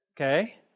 Okay